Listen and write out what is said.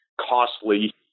costly